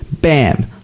bam